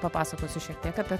papasakosiu šiek tiek apie